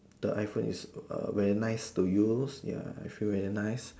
the iPhone is uh very nice to use ya I feel very nice